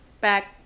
Back